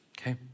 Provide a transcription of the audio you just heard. okay